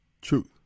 truth